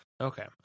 Okay